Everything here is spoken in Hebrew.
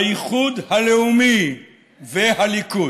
האיחוד הלאומי והליכוד.